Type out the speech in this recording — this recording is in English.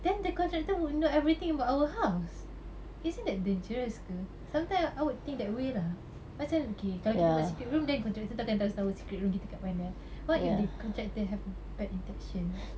then the contractor will know everything about our house isn't that dangerous ke sometimes I would think that way lah macam okay kalau kita buat secret room then the contractor tu akan tahu secret room kita kat mana what if the contractor have bad intention